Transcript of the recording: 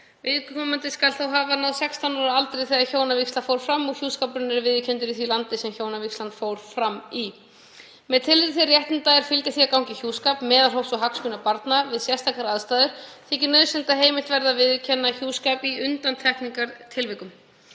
Viðkomandi skal þó hafa náð 16 ára aldri þegar hjónavígsla fór fram og hjúskapurinn viðurkenndur í því landi sem hjónavígslan fór fram í. Með tilliti til réttinda er fylgja því að ganga í hjúskap, meðalhófs og hagsmuna barna við sérstakar aðstæður þykir nauðsynlegt að heimilt verði að viðurkenna hjúskap í undantekningartilvikum.